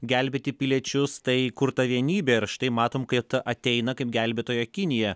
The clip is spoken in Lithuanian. gelbėti piliečius tai kur ta vienybė ir štai matom kad ateina kaip gelbėtoja kinija